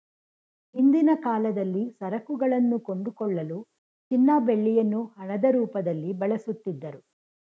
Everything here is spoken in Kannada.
ಹಿಂದಿನ ಕಾಲದಲ್ಲಿ ಸರಕುಗಳನ್ನು ಕೊಂಡುಕೊಳ್ಳಲು ಚಿನ್ನ ಬೆಳ್ಳಿಯನ್ನು ಹಣದ ರೂಪದಲ್ಲಿ ಬಳಸುತ್ತಿದ್ದರು